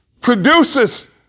produces